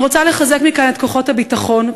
אני רוצה לחזק מכאן את כוחות הביטחון,